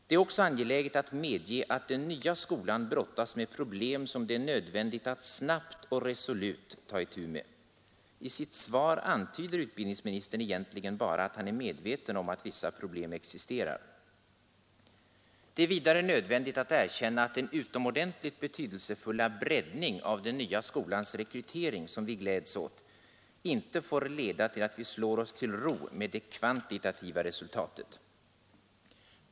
Det är också angeläget att medge att den nya skolan brottas med problem som det är nödvändigt att snabbt och resolut ta itu med. I sitt svar antyder utbildningsministern egentligen bara att han är medveten om att vissa problem existerar. Det är vidare nödvändigt att erkänna att den utomordentligt betydelsefulla breddning av den nya skolans rekrytering som vi gläds åt inte får leda till att vi slår oss till ro med det kvantitativa resultatet.